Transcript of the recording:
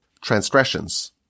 transgressions